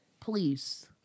please